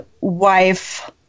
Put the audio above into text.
wife